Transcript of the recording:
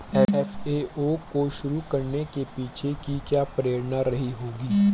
FAO को शुरू करने के पीछे की क्या प्रेरणा रही होगी?